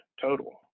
total